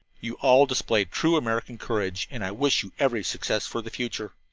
you all displayed true american courage and i wish you every success for the future.